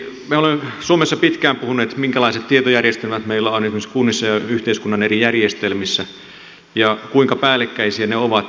me olemme suomessa pitkään puhuneet minkälaiset tietojärjestelmät meillä on esimerkiksi kunnissa ja yhteiskunnan eri järjestelmissä ja kuinka päällekkäisiä ne ovat